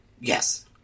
Yes